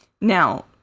Now